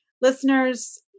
listeners